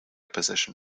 position